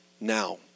now